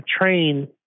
train